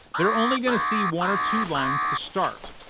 they're only gonna see one or two lines to start.